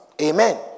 Amen